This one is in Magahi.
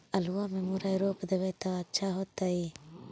आलुआ में मुरई रोप देबई त अच्छा होतई?